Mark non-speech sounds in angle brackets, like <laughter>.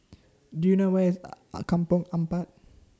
Do YOU know Where IS <hesitation> Kampong Ampat